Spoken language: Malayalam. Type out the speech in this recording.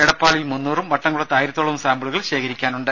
എടപ്പാളിൽ മുന്നൂറും വട്ടംകുളത്ത് ആയിരത്തോളവും സാമ്പിളുകൾ ശേഖരിക്കാനുണ്ട്